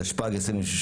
התשפ"ג-2023,